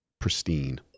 pristine